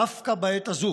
דווקא בעת הזאת